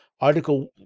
Article